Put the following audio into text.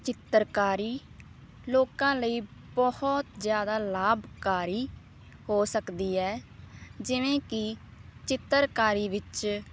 ਚਿੱਤਰਕਾਰੀ ਲੋਕਾਂ ਲਈ ਬਹੁਤ ਜ਼ਿਆਦਾ ਲਾਭਕਾਰੀ ਹੋ ਸਕਦੀ ਹੈ ਜਿਵੇਂ ਕਿ ਚਿੱਤਰਕਾਰੀ ਵਿੱਚ